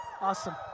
Awesome